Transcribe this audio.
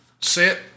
Sit